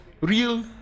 real